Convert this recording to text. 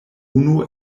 unu